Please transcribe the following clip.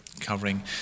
covering